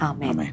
Amen